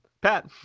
Pat